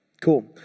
cool